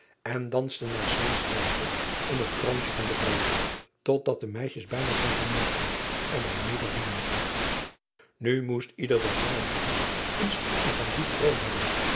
en danste naar s ands wijze om het kroontje van de ruid tot dat de meisjes bijna van vermoeidheid er bij nedervielen u moest ieder der jongelingen een stukje van die kroon hebben